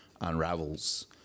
unravels